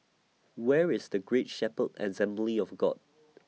Where IS Great Shepherd Assembly of God